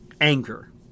anger